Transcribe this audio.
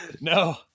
No